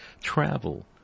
travel